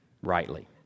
rightly